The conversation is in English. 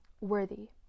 Worthy